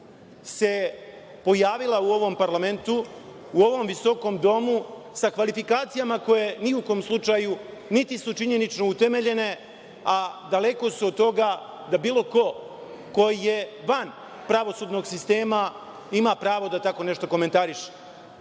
se pojavila u ovom parlamentu, u ovom visokom domu sa kvalifikacijama koje ni u kom slučaju niti su činjenično utemeljene, a daleko su od toga da bilo ko ko je van pravosudnog sistema ima pravo da tako nešto komentariše.